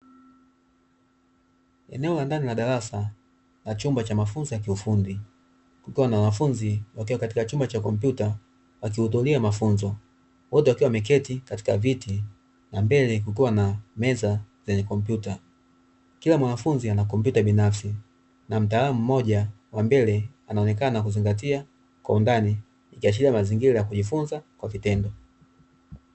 Eneo la ndani la darasa la chumba cha mafunzo ya kiufundi kukiwa na wanafunzi wakiwa katika chumba cha kompyuta wakihudhuria mafunzo. Wote wakiwa wameketi katika viti na mbele kukiwa na meza yenye kompyuta. Kila mwanafunzi ana kompyuta binafsi na mtaalamu mmoja wa mbele anaonekana kuzingatia kwa undani ikiashiria mazingira ya kujifunza kwa vitendo.